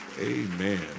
Amen